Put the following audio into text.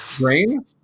brain